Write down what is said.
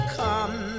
come